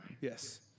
Yes